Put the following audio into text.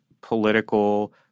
political